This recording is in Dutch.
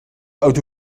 auto